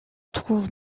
trouvent